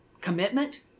commitment